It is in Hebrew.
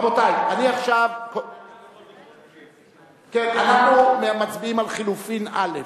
רבותי, אנחנו מצביעים על חלופין א'.